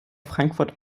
frankfurt